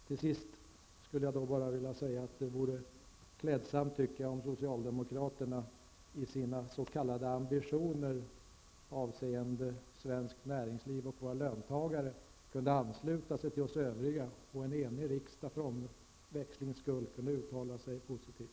Till sist skulle jag bara vilja säga att jag tycker att det vore klädsamt om socialdemokraterna i sina s.k. ambitioner avseende svenskt näringsliv och våra löntagare kunde ansluta sig till oss övriga och en enig riksdag för omväxlings skull kunde uttala sig positivt.